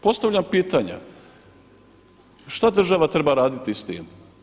Postavljam pitanja šta država treba raditi s tim?